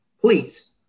Please